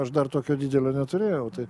aš dar tokio didelio neturėjau tai